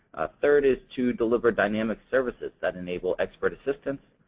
third is to deliver dynamic services that enable expert assistance,